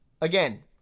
Again